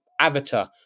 avatar